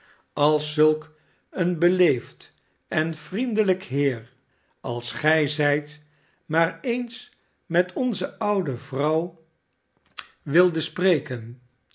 als zulk een beleefd en vriendelijk heer als gij zijt maar eens met onze oude vrouw wilde spreken